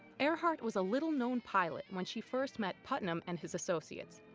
earhart was a little known pilot when she first met putnam and his associates.